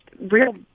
real